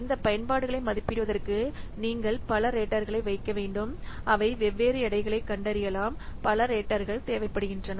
இந்த பயன்பாடுகளை மதிப்பிடுவதற்கு நீங்கள் பல ரேட்டர்களை வைக்க வேண்டும் அவை வெவ்வேறு எடைகளைக் கண்டறியலாம் பல ரேட்டர்கள் தேவைப்படுகின்றன